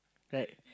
right